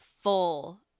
full